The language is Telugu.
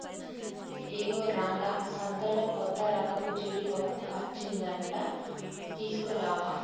ఇగో రంగా సంతలో కొత్తరకపు జీడిపప్పు అచ్చిందంట తీసుకురావా